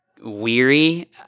weary